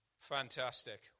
fantastic